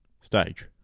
stage